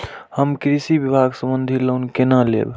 हम कृषि विभाग संबंधी लोन केना लैब?